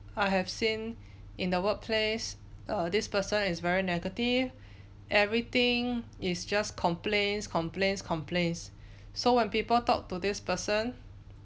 I have seen in the workplace err this person is very negative everything is just complaints complaints complaints so when people talk to this person